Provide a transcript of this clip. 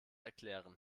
erklären